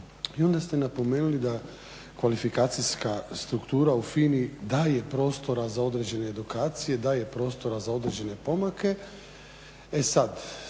i onda ste napomenuli da kvalifikacijska struktura u FINA-i daje prostora za određene edukacije, daje prostora za određene pomake.